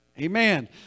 Amen